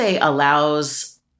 allows